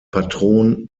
patron